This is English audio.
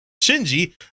Shinji